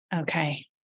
okay